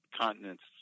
continents